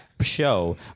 show